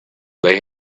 they